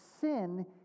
sin